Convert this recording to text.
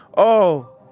oh!